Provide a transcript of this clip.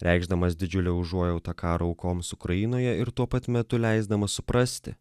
reikšdamas didžiulę užuojautą karo aukoms ukrainoje ir tuo pat metu leisdamas suprasti